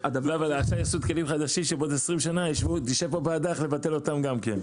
עשו תקנים חדשים שבעוד 20 שנים תשב פה ועדה איך לבטל אותם גם כן.